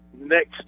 next